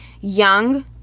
Young